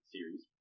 Series